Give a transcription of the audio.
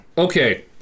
Okay